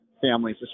families